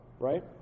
right